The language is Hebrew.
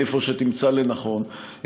איפה שתמצא לנכון,